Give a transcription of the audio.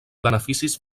beneficis